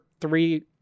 three